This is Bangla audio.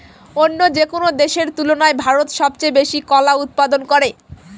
অন্য যেকোনো দেশের তুলনায় ভারত সবচেয়ে বেশি কলা উৎপাদন করে